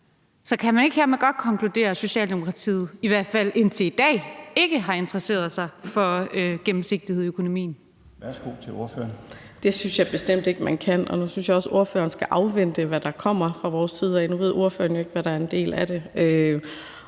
Så kan man ikke hermed godt konkludere, at Socialdemokratiet i hvert fald indtil i dag ikke har interesseret sig for gennemsigtighed i økonomien? Kl. 18:35 Den fg. formand (Bjarne Laustsen): Værsgo til ordføreren. Kl. 18:35 Sara Emil Baaring (S): Det synes jeg bestemt ikke man kan, og nu synes jeg også, ordføreren skal afvente, hvad der kommer fra vores side. Nu ved ordføreren jo ikke, hvad der er en del af det.